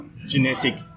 genetic